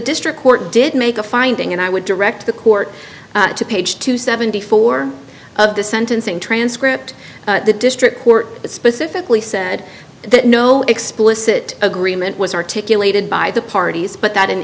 district court did make a finding and i would direct the court to page two seventy four of the sentencing transcript the district court specifically said that no explicit agreement was articulated by the parties but that an